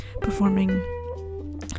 performing